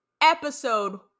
episode